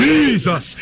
Jesus